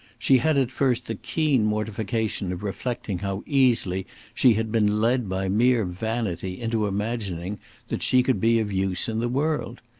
she had at first the keen mortification of reflecting how easily she had been led by mere vanity into imagining that she could be of use in the world.